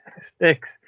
sticks